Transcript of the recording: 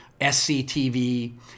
SCTV